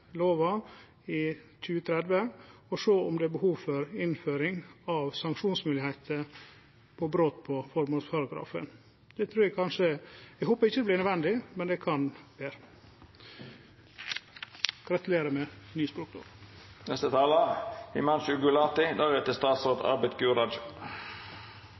lova i 2030 og sjå om det er behov for innføring av sanksjonsmoglegheiter for brot på føremålsparagrafen. Eg håper ikkje det vert nødvendig, men det kan vere. Gratulerer med ny språklov!